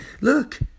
look